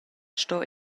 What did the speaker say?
sto